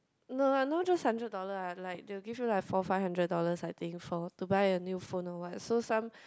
no lah no just hundred dollar ah like they will give you like four five hundred dollars I think for to buy a new phone or what so some